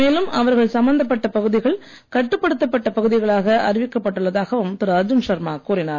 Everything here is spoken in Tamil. மேலும் அவர்கள் சம்பந்தப்பட்ட பகுதிகள் கட்டுப்படுத்தப்பட்ட பகுதிகளாக அறிவிக்கப்பட்டுள்ளதாகவும் திரு அர்ஜுன் சர்மா கூறினார்